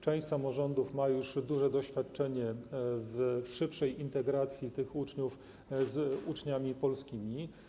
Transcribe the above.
Część samorządów ma już duże doświadczenie w szybszej integracji tych uczniów z uczniami polskimi.